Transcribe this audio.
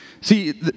See